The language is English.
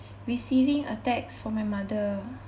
receiving a text from my mother